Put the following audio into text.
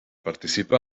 participa